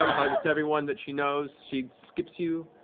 hugs to everyone that she knows. she skips you,